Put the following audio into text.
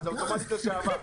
אבל זה אוטומטית "לשעבר".